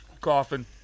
coughing